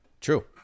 True